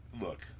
Look